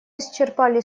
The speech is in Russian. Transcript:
исчерпали